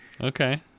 Okay